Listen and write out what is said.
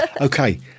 Okay